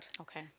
Okay